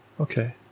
Okay